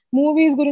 movies